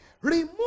remove